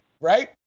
right